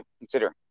consider